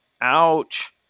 Ouch